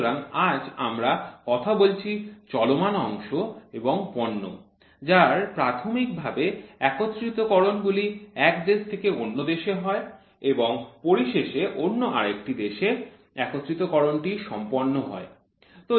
সুতরাং আজ আমরা কথা বলছি চলমান অংশ এবং পণ্য যার প্রাথমিক ভাবে একত্রিতকরণ গুলি এক দেশ থেকে অন্য দেশে হয় এবং পরিশেষে অন্য আরেকটি দেশে একত্রিতকরণ টি সম্পন্ন হয়